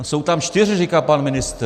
Jsou tam čtyři, říká pan ministr.